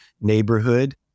neighborhood